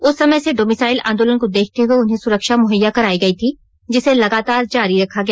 उस समय से डोमिसाइल आंदोलन को देखते हुए उन्हें सुरक्षा मुहैया कराई गई थी जिसे लगातार जारी रखा गया